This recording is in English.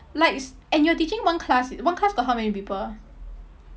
like and you're teaching one class one class got how many people